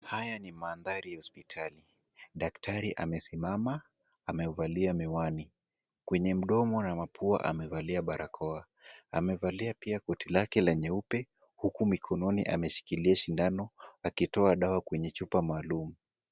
Haya ni mandhari ya hospitali. Daktari amesimama, amevalia miwani. Kwenye mdomo na mapua amevalia barakoa. Amevalia pia koti lake la nyeupe huku mikononi ameshikilia sindano akitoa dawa kwenye chupa maalum.